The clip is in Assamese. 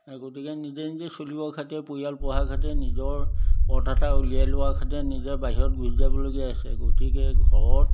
গতিকে নিজে নিজে চলিবৰ খাতিৰত পৰিয়াল পোহাৰ খাতিৰত নিজৰ পথ এটা উলিয়াই লোৱাৰ খাতিৰত নিজে বাহিৰত গুচি যাবলগীয়া হৈছে গতিকে ঘৰত